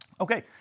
Okay